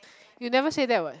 you never say that what